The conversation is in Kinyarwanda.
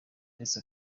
ndetse